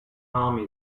army